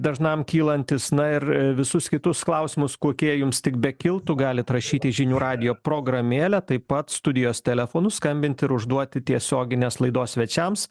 dažnam kylantis na ir visus kitus klausimus kokie jums tik bekiltų galit rašyt į žinių radijo programėlę taip pat studijos telefonu skambinti ir užduoti tiesioginės laidos svečiams